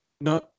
no